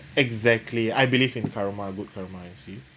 exactly I believe in karma good karma you see